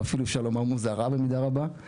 ואפילו אפשר לומר מוזרה במידה רבה.